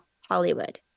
Hollywood